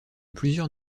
plusieurs